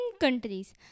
countries